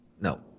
No